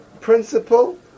principle